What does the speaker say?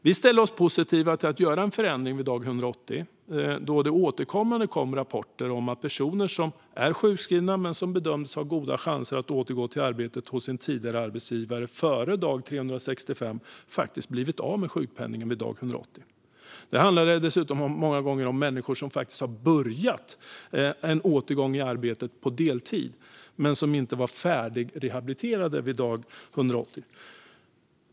Vi ställde oss positiva till att göra en förändring vid dag 180 då det återkommande kom rapporter om att personer som var sjukskrivna men som bedömts ha goda chanser att återgå till arbete hos sin tidigare arbetsgivare före dag 365 blev av med sjukpenningen dag 180. Det handlade många gånger om människor som redan påbörjat en återgång i arbete på deltid men som inte var färdigrehabiliterade vid dag 180.